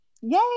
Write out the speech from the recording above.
Yay